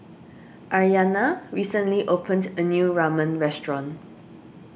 Aryanna recently opened a new Ramen restaurant